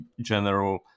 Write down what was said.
general